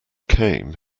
came